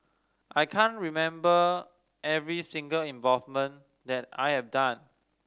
I can't remember every single involvement that I have done